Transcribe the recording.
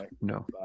No